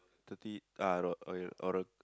thirty uh ro~ oral